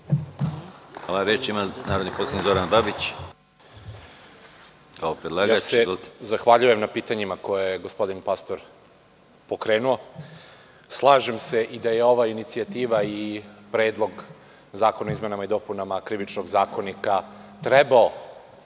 Babić** Zahvaljujem na pitanjima koja je gospodin Pastor pokrenuo. Slažem se i da ova inicijativa i Predlog zakona o izmenama i dopunama Krivičnog zakonika trebao